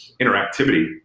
interactivity